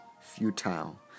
Futile